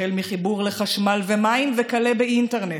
החל מחיבור לחשמל ומים וכלה באינטרנט.